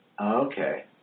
Okay